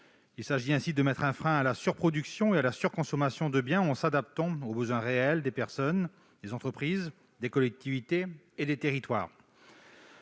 Il s'agit ainsi de mettre un frein à la surproduction et à la surconsommation de biens en s'adaptant aux besoins réels des personnes, des entreprises, des collectivités et des territoires.